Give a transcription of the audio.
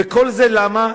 וכל זה למה?